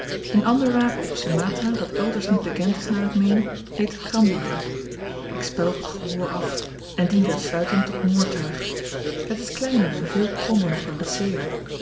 een ander wapen op sumatra dat elders niet bekend is naar ik meen heet krambièh ik spel op t gehoor af en dient uitsluitend tot moordtuig het is kleiner en veel krommer nog dan de sewah